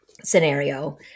scenario